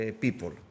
people